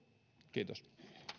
kiitos